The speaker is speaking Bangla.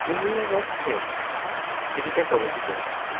তুমি আর একঘেয়ে এটা কবে থেকে হচ্চে